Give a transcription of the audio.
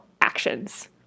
actions